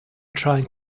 trying